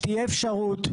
שתהיה אפשרות,